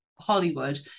Hollywood